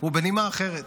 ובנימה אחרת